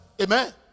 Amen